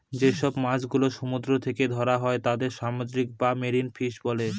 যেসব মাছ গুলো সমুদ্র থেকে ধরা হয় তাদের সামুদ্রিক বা মেরিন ফিশ বলে